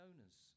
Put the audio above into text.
owners